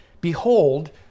Behold